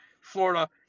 Florida